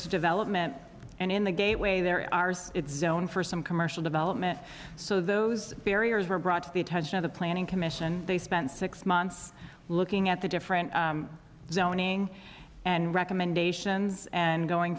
development and in the gateway they're ours it's zone for some commercial development so those barriers were brought to the attention of the planning commission they spent six months looking at the different zoning and recommendations and going